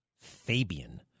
Fabian